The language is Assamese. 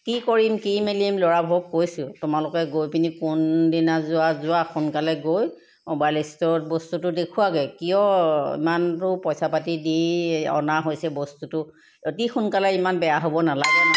কি কৰিম কি মেলিম ল'ৰাবোৰক কৈছোঁ তোমালোকে গৈ পিনি কোনদিনা যোৱা যোৱা সোনকালে গৈ মোবাইল ষ্টৰত বস্তুটো দেখুওৱাগৈ কিয় ইমানটো পইচা পাতি দি অনা হৈছে বস্তুটো অতি সোনকালে ইমান বেয়া হ'ব নালাগে নহয়